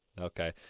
Okay